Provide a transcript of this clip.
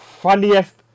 funniest